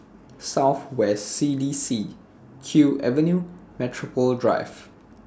South West C D C Kew Avenue Metropole Drive